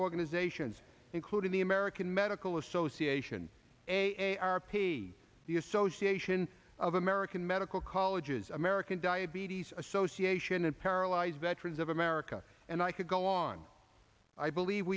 organizations including the american medical association a a r p the association of american medical colleges american diabetes association and paralyzed veterans of america and i could go on i believe